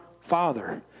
father